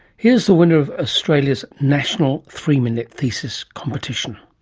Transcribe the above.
here is the winner of australia's national three-minute thesis competition.